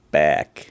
back